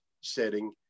setting